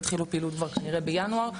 התחילו פעילות כבר כנראה בינואר,